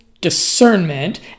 discernment